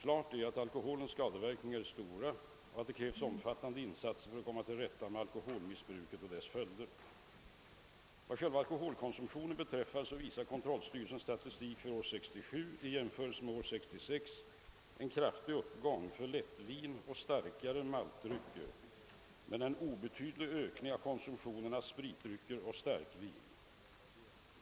Klart är att alkoholens skadeverkningar är stora och att det krävs omfattande insatser för att komma till rätta med alkoholmissbruket och dess följder. Vad alkoholkonsumtionen beträffar visar kontrollstyrelsens statistik för år 1967 i jämförelse med år 1966 en kraftig uppgång för lättvin och starkare maltdrycker men endast en obetydlig ökning av konsumtionen av spritdrycker och starkvin.